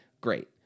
Great